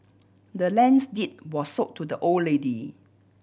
the land's deed was sold to the old lady